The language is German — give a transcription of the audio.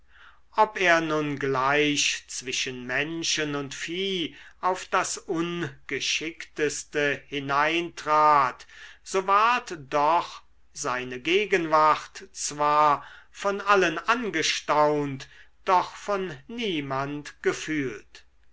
ob er nun gleich zwischen menschen und vieh auf das ungeschickteste hineintrat so ward doch seine gegenwart zwar von allen angestaunt doch von niemand gefühlt